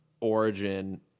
origin